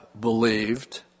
believed